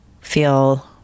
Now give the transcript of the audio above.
feel